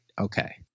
Okay